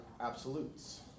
absolutes